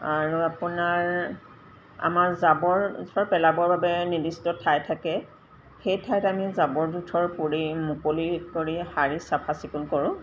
আৰু আপোনাৰ আমাৰ জাবৰ জোথৰ পেলাবৰ বাবে নিৰ্দিষ্ট ঠাই থাকে সেই ঠাইত আমি জাবৰ জোথৰ পুৰি মুকলি কৰি শাৰী চাফাচিকুণ কৰোঁ